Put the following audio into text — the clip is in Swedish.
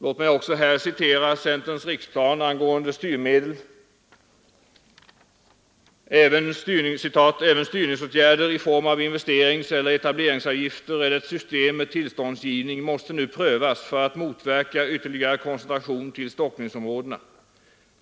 Låt mig också där citera centerns riksplan angående styrmedel. Vi skriver: ”S. Även styrningsåtgärder i form av investeringseller etableringsavgifter eller ett system med tillståndsgivning måste nu prövas för att motverka ytterligare koncentration till stockningsområdena.